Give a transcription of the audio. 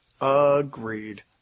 agreed